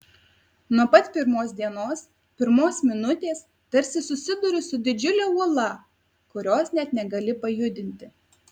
nuo pat pirmos dienos pirmos minutės tarsi susiduri su didžiule uola kurios net negali pajudinti